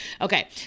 okay